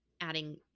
adding